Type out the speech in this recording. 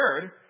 third